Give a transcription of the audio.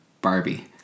Barbie